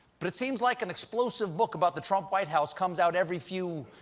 but it seems like an explosive book about the trump white house comes out every few.